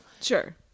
Sure